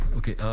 okay